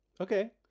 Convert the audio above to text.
Okay